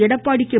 Edappadi K